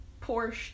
Porsche